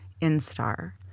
instar